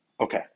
Okay